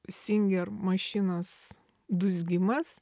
singer mašinos dūzgimas